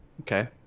Okay